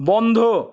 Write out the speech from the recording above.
বন্ধ